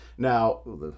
Now